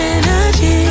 energy